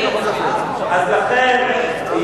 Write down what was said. אז לכן,